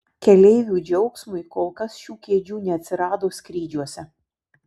keleivių džiaugsmui kol kas šių kėdžių neatsirado skrydžiuose